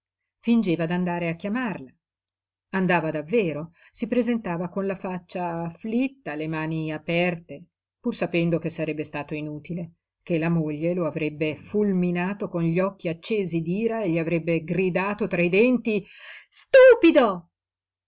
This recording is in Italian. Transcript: campanello fingeva d'andare a chiamarla andava davvero si presentava con la faccia afflitta le mani aperte pur sapendo che sarebbe stato inutile che la moglie lo avrebbe fulminato con gli occhi accesi d'ira e gli avrebbe gridato tra i denti stupido